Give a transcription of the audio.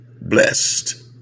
blessed